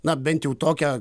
na bent jau tokią